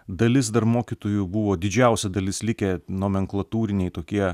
dalis dar mokytojų buvo didžiausia dalis likę nomenklatūriniai tokie